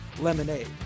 lemonade